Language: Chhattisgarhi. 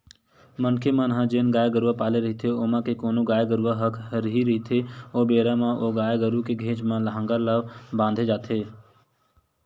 मनखे मन ह जेन गाय गरुवा पाले रहिथे ओमा के कोनो गाय गरुवा ह हरही रहिथे ओ बेरा म ओ गाय गरु के घेंच म लांहगर ला बांधे जाथे